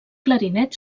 clarinet